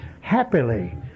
Happily